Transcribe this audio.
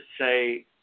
say